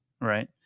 Right